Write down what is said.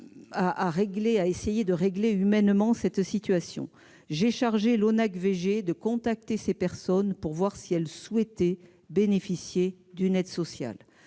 d'essayer de régler humainement cette situation. J'ai ainsi chargé l'ONAC-VG de contacter ces personnes afin de savoir si elles souhaitaient bénéficier d'une aide sociale.